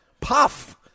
Puff